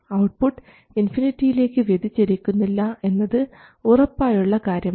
output ഇൻഫിനിറ്റിയിലേക്ക് വ്യതിചലിക്കുന്നില്ല എന്നത് ഉറപ്പായുള്ള കാര്യമാണ്